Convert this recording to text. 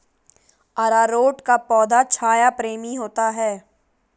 अरारोट का पौधा छाया प्रेमी होता है